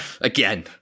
Again